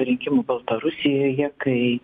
rinkimų baltarusijoje kai